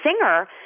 singer